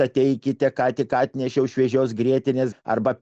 ateikite ką tik atnešiau šviežios grietinės arba